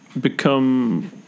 become